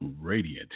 radiant